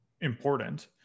important